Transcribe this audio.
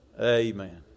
Amen